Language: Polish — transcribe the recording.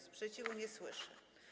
Sprzeciwu nie słyszę.